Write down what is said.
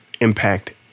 impact